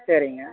சரிங்க